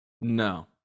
No